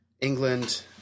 England